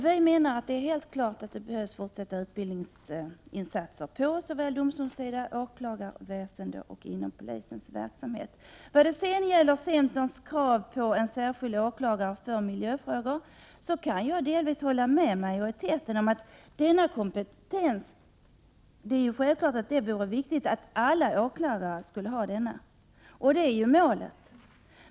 Vi menar att det är helt klart att fortsatta utbildningsinsatser behövs såväl inom domstolarna och åklagarväsendet som inom polisen. När det gäller centerns krav på en särskild åklagare för miljöfrågor kan jag delvis hålla med majoriteten om att det är viktigt att alla åklagare skall ha sådan kompetens. Det är också målet.